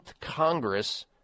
Congress